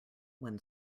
when